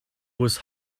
was